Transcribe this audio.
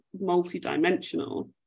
multi-dimensional